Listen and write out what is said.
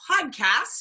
podcast